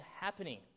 happening